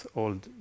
old